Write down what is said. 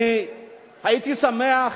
אני הייתי שמח